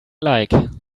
like